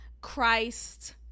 Christ